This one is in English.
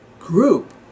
group